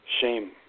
shame